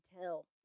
tell